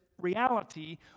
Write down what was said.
reality